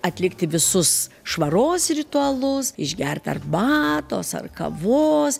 atlikti visus švaros ritualus išgert arbatos ar kavos